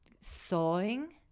sawing